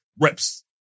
reps